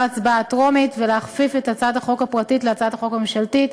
ההצבעה הטרומית ולהכפיף את הצעת החוק הפרטית להצעת החוק הממשלתית.